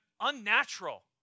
unnatural